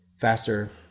faster